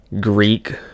Greek